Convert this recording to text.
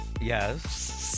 yes